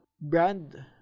brand